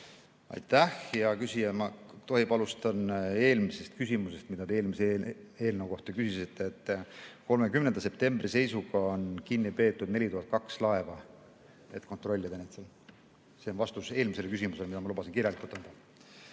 Aitäh, hea küsija! Tohib, ma alustan eelmisest küsimusest, mida te eelmise eelnõu kohta küsisite? 30. septembri seisuga on kinni peetud 4002 laeva, et neid kontrollida. See on vastus eelmisele küsimusele, mille ma lubasin kirjalikult